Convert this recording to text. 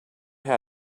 how